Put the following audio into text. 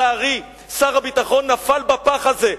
לצערי, שר הביטחון נפל בפח הזה.